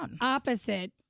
opposite